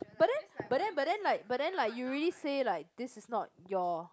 but then but then but then like but then like like you already say like this is not your